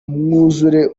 umwuzure